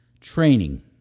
training